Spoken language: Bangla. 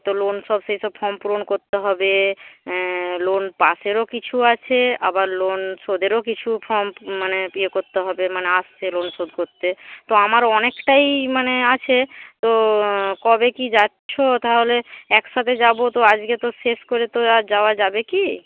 তো লোন সব সেইসব ফর্ম পূরণ করতে হবে লোন পাসেরও কিছু আছে আবার লোন শোধেরও কিছু ফর্ম মানে ইয়ে করতে হবে মানে আসছে লোন শোধ করতে তো আমার অনেকটাই মানে আছে তো কবে কী যাচ্ছ তাহলে একসাথে যাব তো আজকে তো শেষ করে তো আর যাওয়া যাবে কি